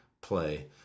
play